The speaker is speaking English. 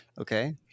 Okay